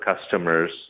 customers